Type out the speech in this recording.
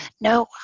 no